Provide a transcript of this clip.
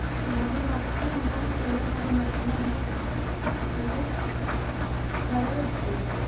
मधुमक्खी मोम केवल मधुमक्खियां ही सृजित करअ हई